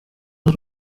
ari